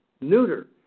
Neuter